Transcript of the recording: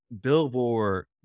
billboard